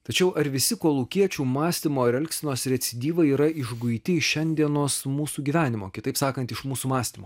tačiau ar visi kolūkiečių mąstymo ir elgsenos recidyvai yra išguiti iš šiandienos mūsų gyvenimo kitaip sakant iš mūsų mąstymo